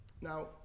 Now